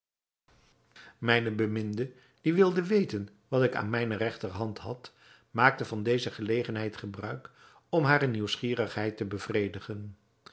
mijne beminde die weten wilde wat ik aan mijne regterhand had maakte van deze gelegenheid gebruik om hare nieuwsgierigheid te bevredigen